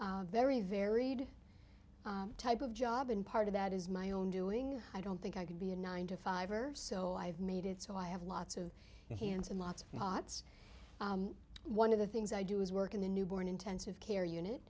a very varied type of job and part of that is my own doing i don't think i could be a nine to five or so i've made it so i have lots of hands in lots of pots one of the things i do is work in the newborn intensive care unit